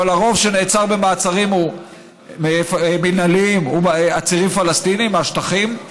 אבל הרוב שנעצרים במעצרים מינהליים הם עצירים פלסטינים מהשטחים?